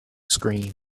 scream